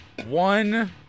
One